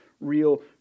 real